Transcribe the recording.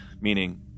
Meaning